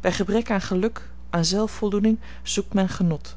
bij gebrek aan geluk aan zelfvoldoening zoekt men genot